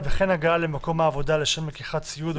וכן ההגעה למקום העבודה לשם לקיחת ציוד או